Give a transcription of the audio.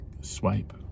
swipe